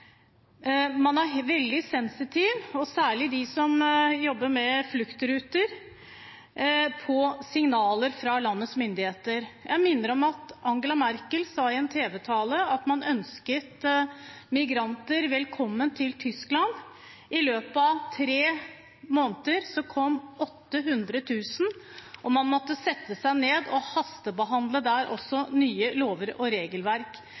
man er veldig sensitiv – særlig de som jobber med fluktruter – på signaler fra lands myndigheter. Jeg minner om at Angela Merkel sa i en tv-tale at man ønsket migranter velkommen til Tyskland. I løpet av tre måneder kom 800 000, og man måtte sette seg ned og hastebehandle – der også – nye lover og regelverk.